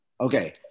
Okay